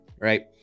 Right